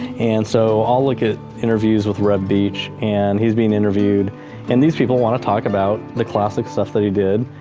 and so i'll look at interviews with reb beach and he's being interviewed and these people wanna talk about the classic stuff they did,